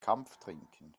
kampftrinken